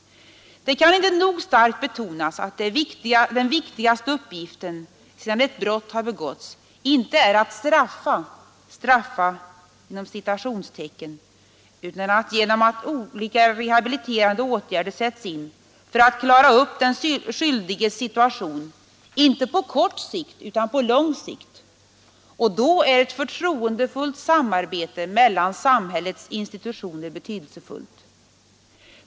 Det kan inte nog starkt betonas att den viktigaste uppgiften sedan ett brott har begåtts inte är att ”straffa” utan att genom olika rehabiliterande åtgärder reda upp den skyldiges situation på lång sikt och inte på kort sikt, och då är ett förtroendefullt samarbete mellan samhällets institutioner betydelsefullt.